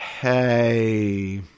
hey